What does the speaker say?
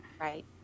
Right